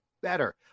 better